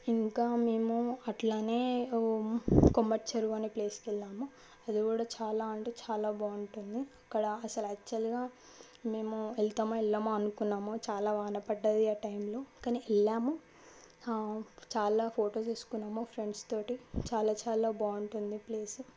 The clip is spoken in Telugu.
ఇంకా మేము అట్లానే కుమర్ చెరువు అనే ప్లేస్కి వెళ్ళాము అది కూడా చాలా అంటే చాలా బాగుంటుంది అక్కడ అసలు యాక్చువల్గా మేము ఎల్తామా ఎల్లమ అనుకున్నాము చాలా వాన పడ్డది ఆ టైంలో కానీ వెళ్ళాము చాలా ఫొటోస్ తీసుకున్నాము ఫ్రెండ్స్ తోటి చాలా చాలా బాగుంటుంది ప్లేస్